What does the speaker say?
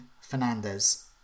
Fernandez